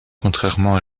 contrairement